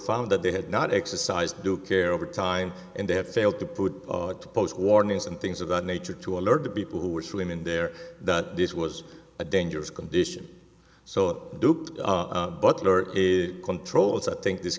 found that they had not exercised due care over time and they have failed to put it to post warnings and things of that nature to alert the people who were slim in there that this was a dangerous condition so duped butler is controls i think this